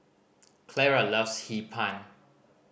Clara loves Hee Pan